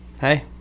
hey